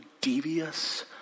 devious